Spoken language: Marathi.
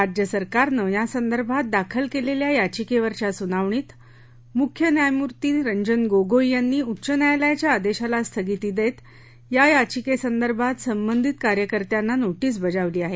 राज्यशासनानं या संदर्भात दाखल केलेल्या याचिकेवरच्या सुनावणीत मुख्य न्यायमुर्ती रंजन गोगोई यांनी उच्च न्यायालयाच्या आदेशाला स्थगिती देत या याचिकेसंदर्भात संबधित कार्यकर्त्यांना नोटीस बजावली आहे